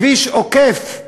כביש עוקף,